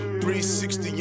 360